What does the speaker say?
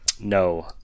No